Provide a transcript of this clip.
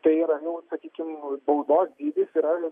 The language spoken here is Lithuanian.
tai yra nu sakykim baudos dydis yra